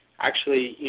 actually,